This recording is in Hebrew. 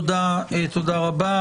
תודה רבה.